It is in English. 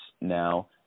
now